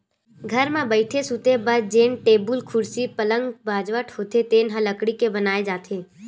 घर म बइठे, सूते बर जेन टेबुल, कुरसी, पलंग, बाजवट होथे तेन ह लकड़ी के बनाए जाथे